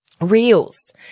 Reels